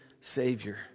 Savior